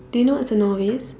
do you know what's a novice